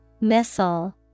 Missile